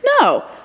no